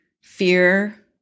fear